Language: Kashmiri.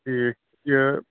ٹھیٖک یہِ